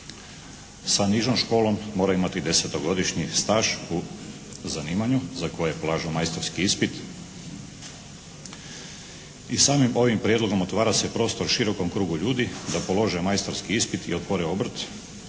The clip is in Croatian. Sa nižom školom mora imati desetogodišnji staž u zanimanju za koje polažu majstorski ispit. I samim ovim prijedlogom otvara se prostor širokom krugu ljudi da polože majstorski ispit i otvore obrt